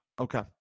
Okay